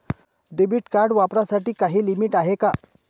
Debit card वापरण्यासाठी काही limit आहे का?